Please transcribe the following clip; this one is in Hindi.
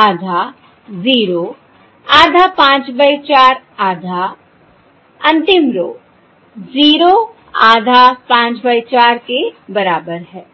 आधा0 आधा 5 बाय 4 आधा अंतिम रो 0 आधा 5 बाय 4 के बराबर है